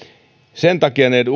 sen takia näitten